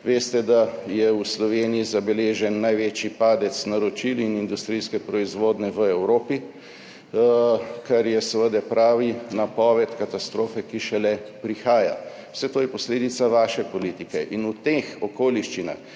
Veste, da je v Sloveniji zabeležen največji padec naročil in industrijske proizvodnje v Evropi, kar je seveda prava napoved katastrofe, ki šele prihaja. Vse to je posledica vaše politike. In v teh okoliščinah